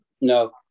No